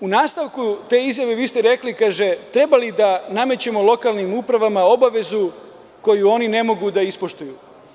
U nastavku te izjave, vi ste rekli – treba li da namećemo lokalnim upravama obavezu koju oni ne mogu da ispoštuju?